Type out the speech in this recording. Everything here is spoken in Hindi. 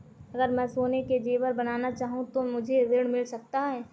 अगर मैं सोने के ज़ेवर बनाना चाहूं तो मुझे ऋण मिल सकता है?